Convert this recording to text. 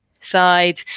side